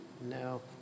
No